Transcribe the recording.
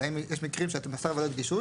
האם יש מקרים שאת עושה עבודת גישוש